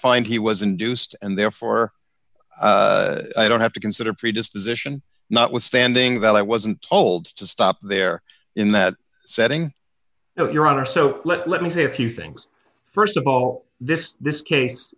find he was induced and therefore i don't have to consider predisposition notwithstanding that i wasn't told to stop there in that setting no your honor so let me say a few things st of all this this case